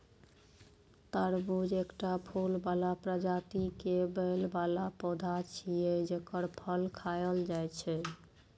तरबूज एकटा फूल बला प्रजाति के बेल बला पौधा छियै, जेकर फल खायल जाइ छै